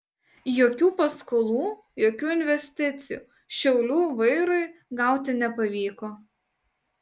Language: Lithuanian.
jokių paskolų jokių investicijų šiaulių vairui gauti nepavyko